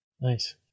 Nice